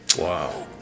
wow